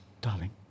Darling